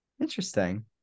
interesting